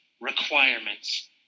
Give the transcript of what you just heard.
requirements